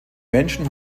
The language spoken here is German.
menschen